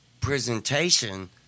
presentation